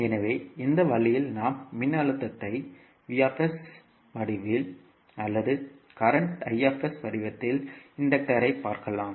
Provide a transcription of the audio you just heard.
எனவே இந்த வழியில் நாம் மின்னழுத்தத்தை V வடிவில் அல்லது தற்போதைய I வடிவத்தில் இன்டக்டர் யை பார்க்கலாம்